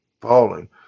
falling